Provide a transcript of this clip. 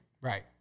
Right